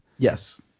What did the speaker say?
Yes